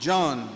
John